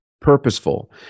Purposeful